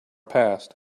past